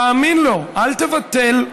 תאמין לו, אל תבטל,